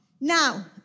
Now